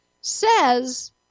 says